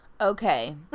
Okay